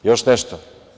Još nešto.